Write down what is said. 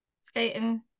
skating